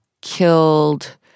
killed